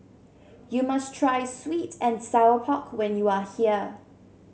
you must try sweet and Sour Pork when you are here